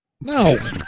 No